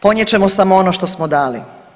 Ponijet ćemo samo ono što smo dali.